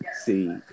see